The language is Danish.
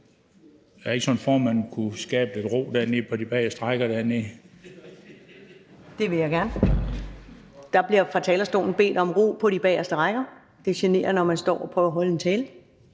det ikke sådan, at formanden kunne skabe lidt ro dernede på de bageste rækker? Kl. 13:21 Første næstformand (Karen Ellemann): Det vil jeg gerne. Der bliver fra talerstolen bedt om ro på de bageste rækker. Det generer, når man står og prøver at holde en tale.